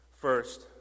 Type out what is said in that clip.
First